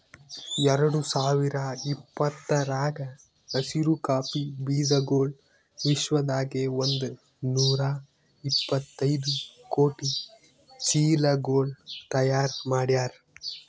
ಎರಡು ಸಾವಿರ ಇಪ್ಪತ್ತರಾಗ ಹಸಿರು ಕಾಫಿ ಬೀಜಗೊಳ್ ವಿಶ್ವದಾಗೆ ಒಂದ್ ನೂರಾ ಎಪ್ಪತ್ತೈದು ಕೋಟಿ ಚೀಲಗೊಳ್ ತೈಯಾರ್ ಮಾಡ್ಯಾರ್